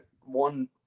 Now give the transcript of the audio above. one